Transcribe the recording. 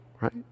right